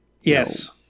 Yes